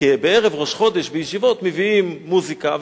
כי בערב ראש חודש בישיבות מביאים מוזיקה,